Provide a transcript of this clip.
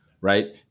right